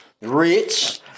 rich